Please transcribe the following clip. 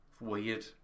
Weird